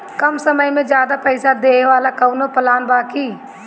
कम समय में ज्यादा पइसा देवे वाला कवनो प्लान बा की?